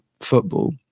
football